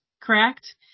correct